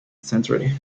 century